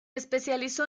especializó